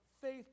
faith